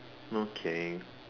okay